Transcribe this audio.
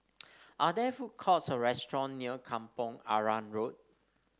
are there food courts or restaurant near Kampong Arang Road